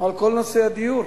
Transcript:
על כל נושא הדיור.